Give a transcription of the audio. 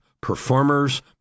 performers